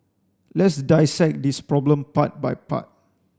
let's dissect this problem part by part